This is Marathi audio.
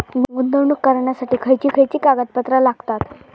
गुंतवणूक करण्यासाठी खयची खयची कागदपत्रा लागतात?